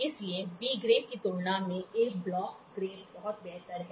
इसलिए B grade की तुलना में ए ब्लॉक ग्रेड बहुत बेहतर है